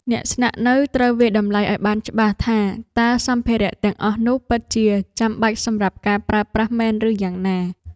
អ្នកស្នាក់នៅត្រូវវាយតម្លៃឱ្យបានច្បាស់ថាតើសម្ភារៈទាំងអស់នោះពិតជាចាំបាច់សម្រាប់ការប្រើប្រាស់មែនឬយ៉ាងណា។